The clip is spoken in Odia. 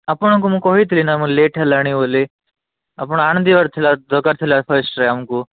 ଆପଣଙ୍କୁ ମୁଁ କହିଥିଲି ନା ମୁଁ ଲେଟ୍ ହେଲାଣି ବୋଲି ଆପଣ ଆଣି ଦେବାର ଥିଲା ଦରକାର ଫାଷ୍ଟରେ ଆମକୁ